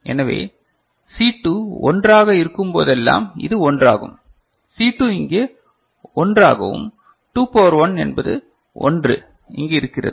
எனவே சி 2 1 ஆக இருக்கும்போதெல்லாம் இது 1 ஆகும் சி 2 இங்கே 1 ஆகவும் 2 பவர் 1 என்பது 1 இங்கு இருக்கிறது